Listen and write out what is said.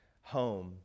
home